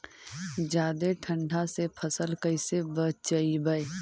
जादे ठंडा से फसल कैसे बचइबै?